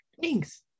Thanks